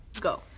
go